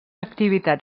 activitat